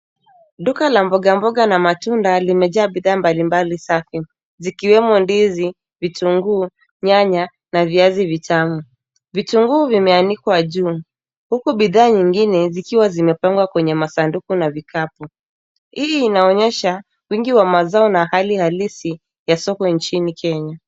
Duka la mboga mboga na matunda limejaa bidhaa mbalimbali safi zikiwemo ndizi, vitunguu, nyanya na viazi vitamu. Vitunguu vimeanikwa juu huku bidhaa nyingine zikiwa zimepangwa kwenye masanduku na vikapu. Hii inaonyesha wingi wa mazao na hali halisi ya soko nchini Kenya.